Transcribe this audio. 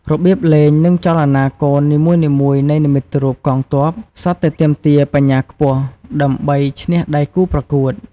របៀបលេង និងចលនាកូននីមួយៗនៃនិមិត្តរូបកងទ័ពសុទ្ធតែទាមទារបញ្ញាខ្ពស់ ដើម្បីឈ្នះដៃគូប្រកួត។